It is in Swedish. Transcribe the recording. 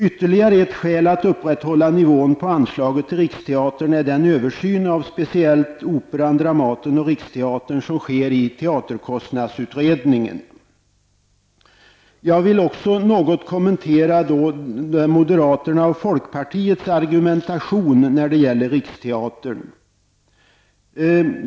Ytterligare ett skäl till att vi skall upprätthålla nivån på anslaget till Riksteatern är den översyn av speciellt Operan, Dramaten och Jag vill också något kommentera moderaternas och folkpartiets argumentation när det gäller Riksteatern.